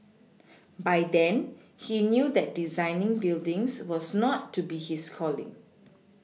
by then he knew that designing buildings was not to be his calling